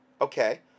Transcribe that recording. okay